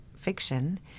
fiction